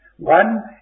One